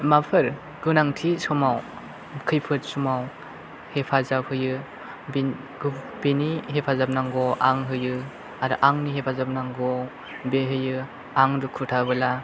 माबाफोर गोनांथि समाव खैफोद समाव हेफाजाब होयो बिनो हेफाजाब नांगौआव आं होयो आरो आंनि हेफाजाब नांगौवाव बे होयो आं दुखुआव थाबोला